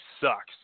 sucks